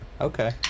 Okay